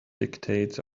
dictates